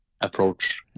approach